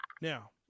Now